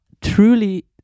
truly